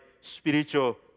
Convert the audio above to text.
spiritual